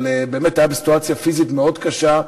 אבל באמת היה בסיטואציה פיזית מאוד קשה,